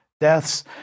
deaths